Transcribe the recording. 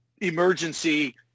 emergency